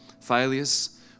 failures